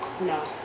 no